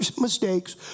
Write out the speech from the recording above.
mistakes